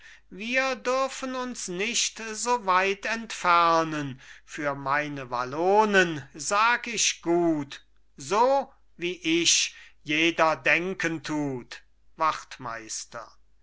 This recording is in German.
wir dürfen uns nicht so weit entfernen für meine wallonen sag ich gut so wie ich jeder denken tut wachtmeister